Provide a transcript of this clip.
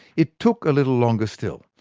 it took a little longer still,